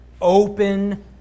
open